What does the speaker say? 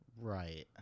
Right